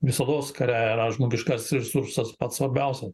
visados kare yra žmogiškas resursas pats svarbiausia